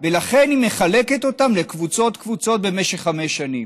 ולכן היא מחלקת אותם לקבוצות-קבוצות במשך חמש שנים.